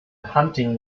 hunting